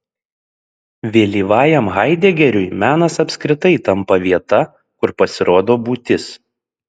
vėlyvajam haidegeriui menas apskritai tampa vieta kur pasirodo būtis